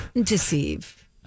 deceive